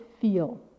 feel